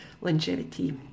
longevity